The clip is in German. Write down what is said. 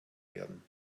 werden